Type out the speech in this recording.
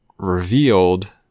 revealed